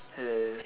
hello